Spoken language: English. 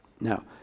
Now